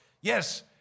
Yes